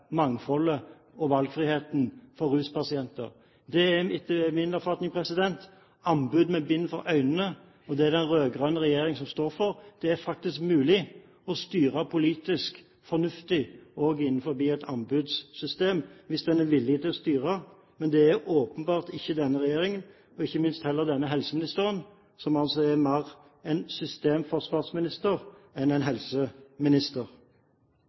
mangfoldet og valgfriheten for ruspasienter. Det er, etter min oppfatning, anbud med bind for øynene, og det er det den rød-grønne regjeringen står for. Det er faktisk mulig å styre politisk fornuftig og innenfor et anbudssystem hvis man er villig til å styre, men det er åpenbart ikke denne regjeringen og ikke minst denne helseministeren, som altså er mer en systemforsvarsminister enn en helseminister.